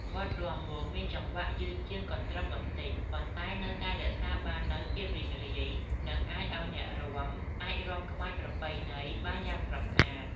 បទរាំវង់មានចង្វាក់យឺតជាងកន្ទ្រឹមបន្តិច ប៉ុន្តែនៅតែរក្សាបាននូវភាពរីករាយ និងអាចឱ្យអ្នករាំអាចរាំក្បាច់ប្រពៃណីបានយ៉ាងស្រស់ស្អាត។